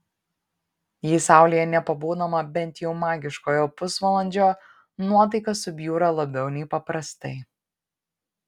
jei saulėje nepabūnama bent jau magiškojo pusvalandžio nuotaika subjūra labiau nei paprastai